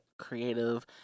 creative